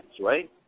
right